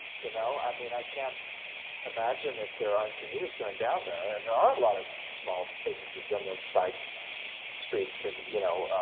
you know, i mean i can't imagine, if there aren't commuters going down there, and there are a lot of small businesses in those side streets and, you know,